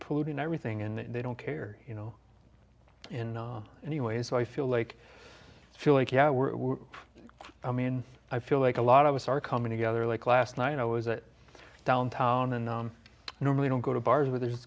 uting everything and they don't care you know in any way so i feel like feel like yeah we're i mean i feel like a lot of us are coming together like last night i was a downtown and i normally don't go to bars where there's